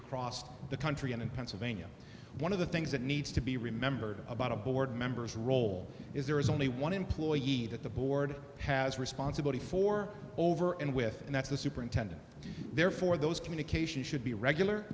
across the country and in pennsylvania one of the things that needs to be remembered about a board member's role is there is only one employee at the board has responsibility for over and with and that's the superintendent therefore those communication should be regular